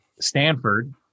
Stanford